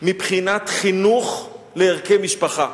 מבחינת חינוך לערכי משפחה.